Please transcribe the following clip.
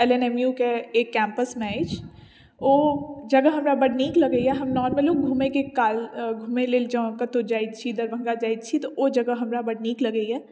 L N M U के एक कैम्पसमे अछि ओ जगह हमरा बड्ड नीक लगैया हम नोर्मलो घुमैके कालमे लेल जँ कतौ जाइ छी दरभङ्गा जाइ छी तऽ ओ जगह हमरा बड्ड नीक लगैया